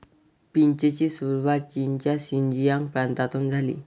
पीचची सुरुवात चीनच्या शिनजियांग प्रांतातून झाली